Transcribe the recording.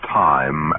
time